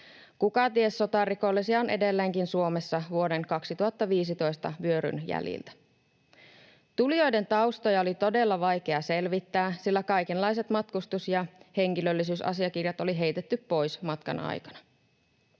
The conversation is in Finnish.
Kukaties sotarikollisia on edelleenkin Suomessa vuoden 2015 vyöryn jäljiltä. Tulijoiden taustoja oli todella vaikea selvittää, sillä kaikenlaiset matkustus- ja henkilöllisyysasiakirjat oli heitetty pois matkan aikana.